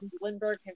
Lindbergh